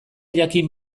jakin